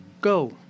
Go